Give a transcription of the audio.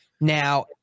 now